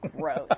Gross